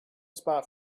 spot